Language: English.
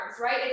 right